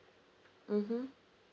mmhmm